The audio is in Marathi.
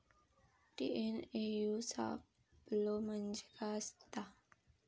टी.एन.ए.यू सापलो म्हणजे काय असतां?